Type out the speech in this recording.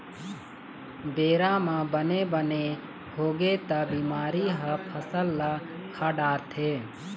बेरा म बने बने होगे त बिमारी ह फसल ल खा डारथे